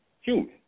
human